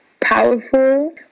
powerful